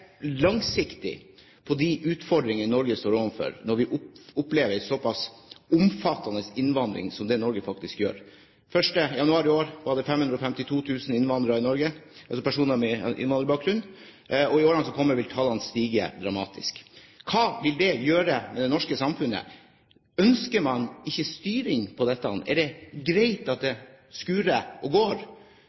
på de langsiktige utfordringene Norge står overfor, når vi opplever en såpass omfattende innvandring som det Norge faktisk gjør. 1. januar i år var det 552 000 innvandrere i Norge, altså personer med innvandrerbakgrunn, og i årene som kommer, vil tallene stige dramatisk. Hva vil det gjøre med det norske samfunnet? Ønsker man ikke en styring på dette, er det greit å la det skure og